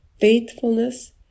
faithfulness